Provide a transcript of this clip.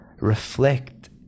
reflect